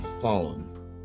fallen